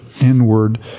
inward